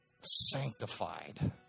sanctified